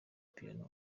piano